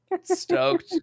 stoked